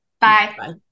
Bye